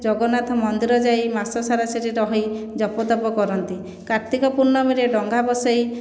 ଜଗନ୍ନାଥ ମନ୍ଦିର ଯାଇ ମାସ ସାରା ସେଇଠି ରହି ଜପତପ କରନ୍ତି କାର୍ତ୍ତିକ ପୂର୍ଣ୍ଣମୀରେ ଡଙ୍ଗା ଭସେଇ